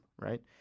right